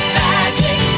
magic